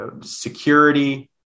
Security